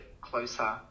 closer